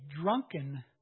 drunken